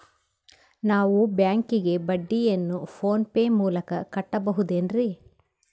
ನಾವು ಬ್ಯಾಂಕಿಗೆ ಬಡ್ಡಿಯನ್ನು ಫೋನ್ ಪೇ ಮೂಲಕ ಕಟ್ಟಬಹುದೇನ್ರಿ?